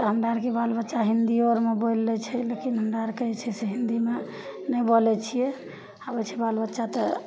हमरा अरके बाल बच्चा हिन्दीओ अरमे बोलि लै छै लेकिन हमरा अरके जे छै हिन्दीमे नहि बोलय छियै आबय छै बाल बच्चा तऽ